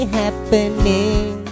happening